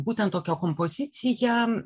būtent tokia kompozicija